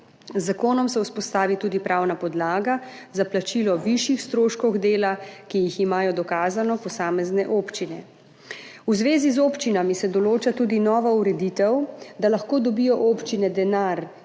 Z zakonom se vzpostavi tudi pravna podlaga za plačilo višjih stroškov dela, ki jih imajo dokazano posamezne občine. V zvezi z občinami se določa tudi nova ureditev, da lahko dobijo občine denar